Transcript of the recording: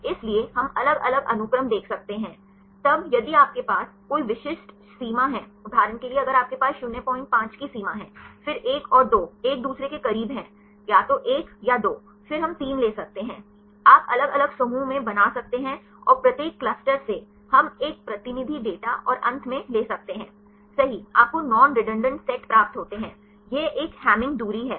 इसलिए हम अलग अलग अनुक्रम देख सकते हैं तब यदि आपके पास कोई विशिष्ट सीमा है उदाहरण के लिए अगर हमारे पास 05 की सीमा है फिर 1 और 2 एक दूसरे के करीब हैं या तो 1 या 2 फिर हम 3 ले सकते हैं आप अलग अलग समूहों में बना सकते हैं और प्रत्येक क्लस्टर से हम एक प्रतिनिधि डेटा और अंत में ले सकते हैंसही आपको नॉन रेडडेंट सेट प्राप्त होते हैं यह एक हैमिंग दूरी है